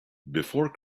before